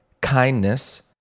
kindness